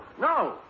No